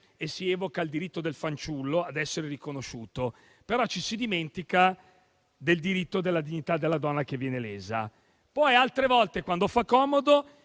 e si evoca il diritto del fanciullo ad essere riconosciuto, però ci si dimentica della dignità della donna che viene lesa; poi altre volte, quando fa comodo,